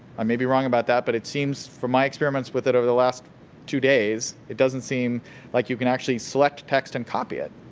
i may be wrong about that, but it seems from my experiments with it in the last two days, it doesn't seem like you can actually select text and copy it.